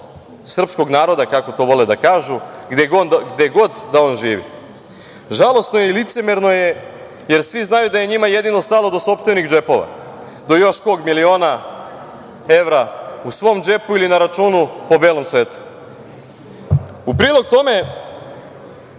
srpskog naroda, kako to vole da kažu, gde god da on živi. Žalosno je i licemerno je, jer svi znaju da njima jedino stalo do sopstvenih džepova, do još kog miliona evra u svom džepu ili na računima po belom svetu. U prilog tome